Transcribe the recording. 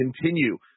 continue